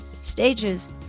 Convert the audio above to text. stages